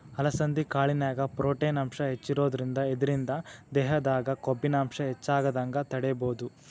ಅಲಸಂಧಿ ಕಾಳಿನ್ಯಾಗ ಪ್ರೊಟೇನ್ ಅಂಶ ಹೆಚ್ಚಿರೋದ್ರಿಂದ ಇದ್ರಿಂದ ದೇಹದಾಗ ಕೊಬ್ಬಿನಾಂಶ ಹೆಚ್ಚಾಗದಂಗ ತಡೇಬೋದು